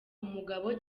umugabo